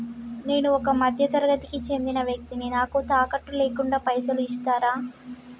నేను ఒక మధ్య తరగతి కి చెందిన వ్యక్తిని నాకు తాకట్టు లేకుండా పైసలు ఇస్తరా?